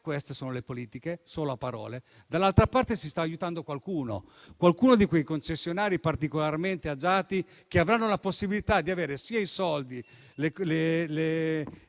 Queste sono politiche fatte solo di parole. Dall'altra parte, si sta aiutando qualcuno, alcuni di quei concessionari particolarmente agiati che avranno la possibilità di avere le